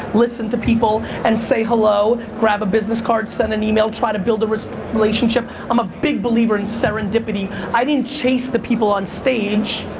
listen to people, and say hello, grab a business card, send an e-mail, try to build a relationship. i'm a big believer in serendipity. i didn't chase the people on stage.